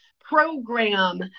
program